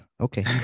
okay